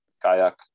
kayak